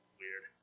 weird